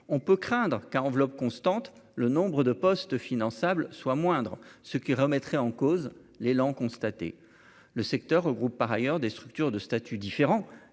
on peut craindre qu'à enveloppe constante, le nombre de postes finançable soient moindres, ce qui remettrait en cause l'élan constaté le secteur regroupe par ailleurs des structures de statuts différents